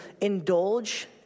indulge